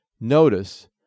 Notice